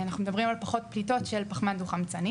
אנחנו מדברים על פחות פליטות של פחמן דו-חמצני,